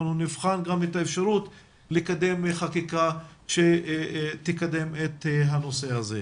אנחנו נבחן גם את האפשרות לקדם חקיקה שתקדם את הנושא הזה.